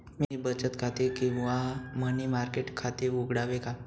मी बचत खाते किंवा मनी मार्केट खाते उघडावे का?